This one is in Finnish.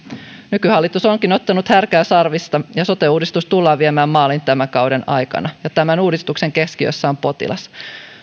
nykyhallitus onkin ottanut härkää sarvista ja sote uudistus tullaan viemään maaliin tämän kauden aikana ja tämän uudistuksen keskiössä on potilas